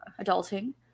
Adulting